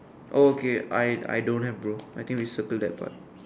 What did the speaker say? okay I I don't have bro I think we settle that part